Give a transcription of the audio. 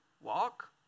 walk